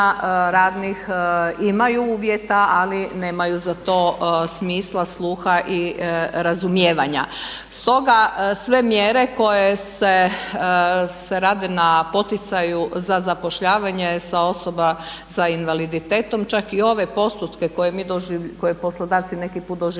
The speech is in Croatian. radnih imaju uvjeta ali nemaju za to smisla, sluha i razumijevanja. Stoga sve mjere koje se rade na poticaju za zapošljavanje osoba sa invaliditetom, čak i ove postotke koje poslodavci neki put doživljavaju